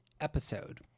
episode